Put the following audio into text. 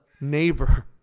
neighbor